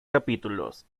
capítulos